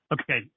Okay